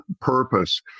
purpose